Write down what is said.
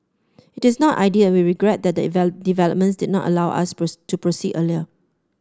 it is not ideal we regret that the developments did not allow us burst to proceed earlier